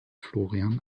florian